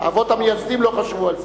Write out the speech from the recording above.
האבות המייסדים לא חשבו על זה.